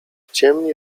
ciemni